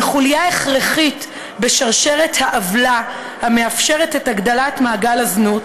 חוליה הכרחית בשרשרת העוולה המאפשרת את הגדלת מעגל הזנות,